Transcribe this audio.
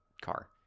car